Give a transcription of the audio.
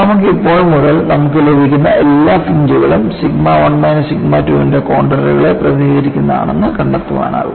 നമുക്ക് ഇപ്പോൾ മുതൽ നമുക്ക് ലഭിക്കുന്ന എല്ലാ ഫ്രിഞ്ച്കളും സിഗ്മ 1 മൈനസ് സിഗ്മ 2 ന്റെ കോൺണ്ടറുകളെ പ്രതിനിധീകരിക്കുന്നതാണെന്ന് കണ്ടെത്താനാകും